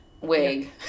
wig